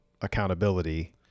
accountability